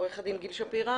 עורך דין גיל שפירא.